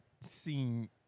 seen